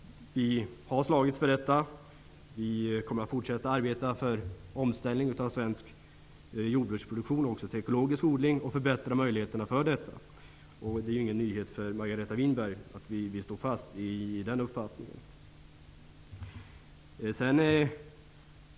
Vi har slagits för detta. Vi kommer att fortsätta att arbeta för omställning av svensk jordbruksproduktion även till ekologisk odling och förbättra möjligheterna till detta. Det är ingen nyhet för Margareta Winberg att vi i kds står fast vid den uppfattningen.